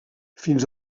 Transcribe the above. fins